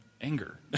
anger